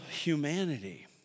humanity